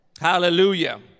Hallelujah